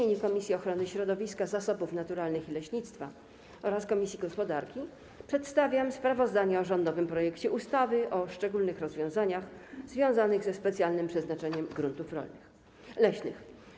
W imieniu Komisji Ochrony Środowiska, Zasobów Naturalnych i Leśnictwa oraz komisji gospodarki przedstawiam sprawozdanie o rządowym projekcie ustawy o szczególnych rozwiązaniach związanych ze specjalnym przeznaczeniem gruntów leśnych.